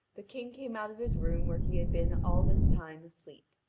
the king came out of his room where he had been all this time asleep.